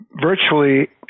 virtually